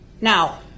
Now